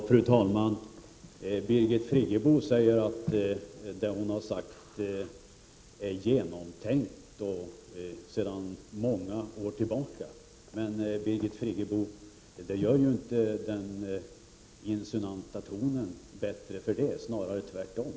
Fru talman! Birgit Friggebo säger att det hon har sagt är genomtänkt sedan många år tillbaka. Men, Birgit Friggebo, den insinuanta tonen blir ju inte bättre för det, snarare tvärtom.